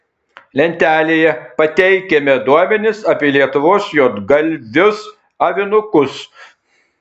lentelėje pateikiame duomenis apie lietuvos juodgalvius avinukus